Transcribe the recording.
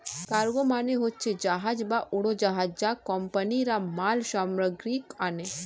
cargo মানে হচ্ছে জাহাজ বা উড়োজাহাজ যা কোম্পানিরা মাল সামগ্রী আনে